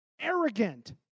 Arrogant